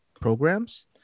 programs